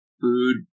Food